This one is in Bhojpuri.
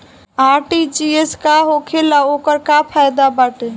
आर.टी.जी.एस का होखेला और ओकर का फाइदा बाटे?